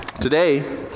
Today